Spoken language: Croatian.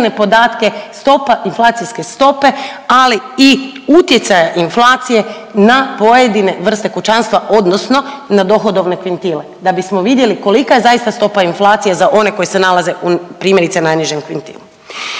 podatke stopa inflacijske stope, ali i utjecaja inflacije na pojedine vrste kućanstva odnosno na dohodovne kvintile da bismo vidjeli kolika je zaista stopa inflacije za one koji se nalaze u primjerice najnižem kvintilu.